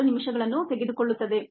2 ನಿಮಿಷಗಳನ್ನು ತೆಗೆದುಕೊಳ್ಳುತ್ತದೆ